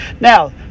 Now